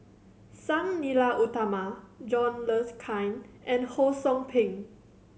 Sang Nila Utama John Le Cain and Ho Sou Ping